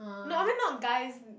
no I mean not guys